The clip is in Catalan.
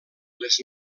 les